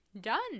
done